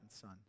son